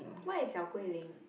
where is your Gui-Lin